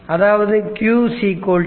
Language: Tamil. அதாவது q c v